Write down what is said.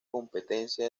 competencia